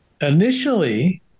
Initially